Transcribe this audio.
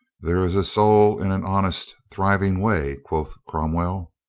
there is a soul in an honest, thriving way, quoth cromwell.